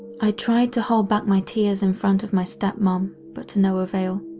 i tried to hold back my tears in front of my step-mom but to no avail.